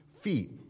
feet